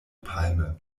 palme